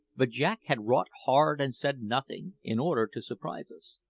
but jack had wrought hard and said nothing, in order to surprise us.